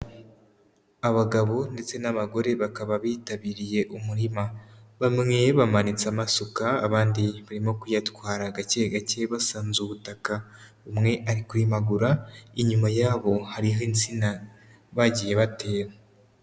Abagabo ndetse n'abagore bakaba bitabiriye umurima, bamwe bamanitse amasuka abandi barimo kuyatwara gake gake basanze ubutaka, umwe ari kurimagura inyuma yabo hari insina bagiye batera.